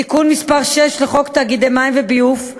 בתיקון מס' 6 לחוק תאגידי מים וביוב,